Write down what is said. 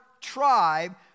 tribe